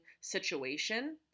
situation